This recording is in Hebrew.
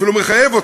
ואפילו מחייב אותה,